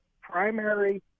primary